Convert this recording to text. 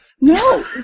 No